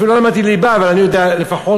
אפילו לא למדתי ליבה, אבל אני יודע לפחות